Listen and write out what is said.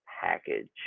package